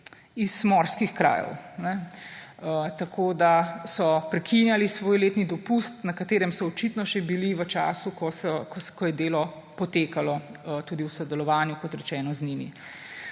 iz morskih krajev. Tako da so prekinili svoj letni dopust, na katerem so očitno še bili v času, ko je delo potekalo tudi v sodelovanju, kot rečeno, z njimi.